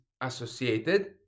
associated